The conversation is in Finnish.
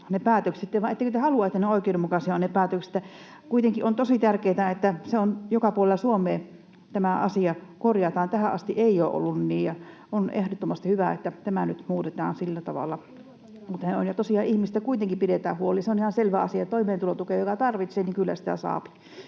ne päätökset. Vai ettekö te halua, että ne ovat oikeudenmukaisia ne päätökset? Kuitenkin on tosi tärkeätä, että joka puolella Suomea tämä asia korjataan. Tähän asti ei ole ollut niin. On ehdottomasti hyvä, että tämä nyt muutetaan sillä tavalla. Mutta tosiaan ihmisistä kuitenkin pidetään huoli, se on ihan selvä asia. Toimeentulotukea joka tarvitsee, niin kyllä sitä saa.